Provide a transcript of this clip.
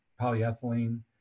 polyethylene